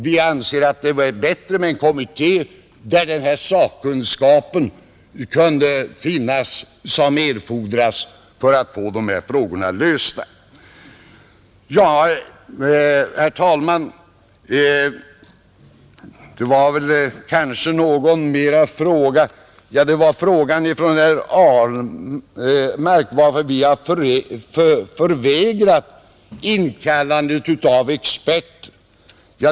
Vi anser det därför vara bättre med en kommitté, där den sakkunskap skulle finnas som erfordras för att få dessa problem lösta. Det är ytterligare en fråga som jag vill ta upp, herr talman, nämligen frågan från herr Ahlmark, varför vi har förhindrat inkallandet av experter.